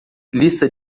lista